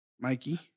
Mikey